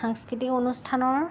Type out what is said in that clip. সাংস্কৃতিক অনুষ্ঠানৰ